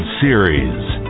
Series